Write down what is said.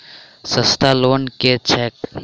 सस्ता लोन केँ छैक